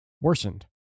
worsened